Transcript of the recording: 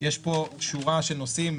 יש פה שורה של נושאים,